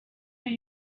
that